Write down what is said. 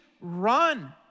run